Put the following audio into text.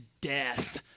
death